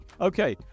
Okay